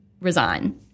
resign